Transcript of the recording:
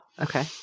okay